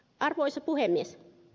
arvoisa puhemies